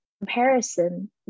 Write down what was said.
comparison